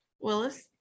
Willis